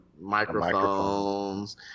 microphones